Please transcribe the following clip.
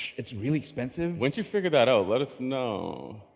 it's really expensive. once you figured that out, let us know.